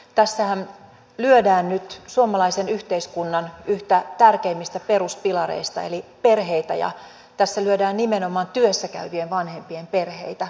tässähän lyödään nyt suomalaisen yhteiskunnan yhtä tärkeimmistä peruspilareista eli perheitä ja tässä lyödään nimenomaan työssä käyvien vanhempien perheitä